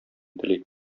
тели